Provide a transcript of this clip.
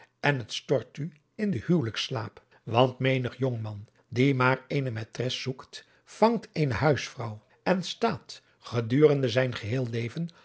en het stort u in den huwelijksslaap want menig jongman die maar eene maitres zoekt vangt eene huisvrouw en staat gedurende zijn geheel leven